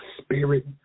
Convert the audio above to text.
spirit